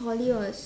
poly was